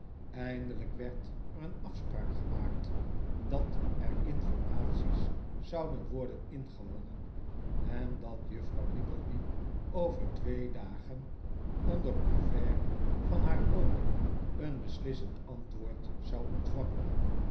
eindelijk werd er een afspraak gemaakt dat er informaties zouden worden ingewonnen en dat juffrouw nickleby over twee dagen onder couvert van haar oom een beslissend antwoord zou ontvangen